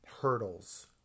hurdles